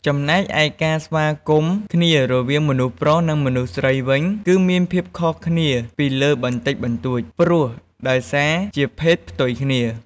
ចំណែកឯការស្វាគមន៍គ្នារវាងមនុស្សប្រុស និង មនុស្សស្រីវិញ គឺមានភាពខុសគ្នាពីលើបន្តិចបន្ដួច ព្រោះដោយសារជា ភេទផ្ទុយគ្នា។